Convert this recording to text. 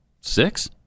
six